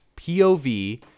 POV